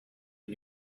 and